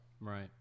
Right